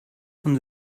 von